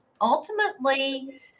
ultimately